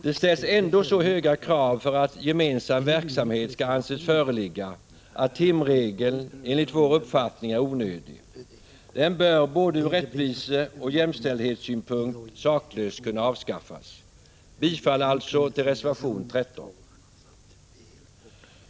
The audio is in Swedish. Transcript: Det ställs ändå så höga krav för att gemensam verksamhet skall anses föreligga att timregeln enligt vår uppfattning är onödig. Den bör både ur rättviseoch jämställdhetssynpunkt saklöst kunna avskaffas. Bifall alltså till reservation 13.